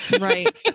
right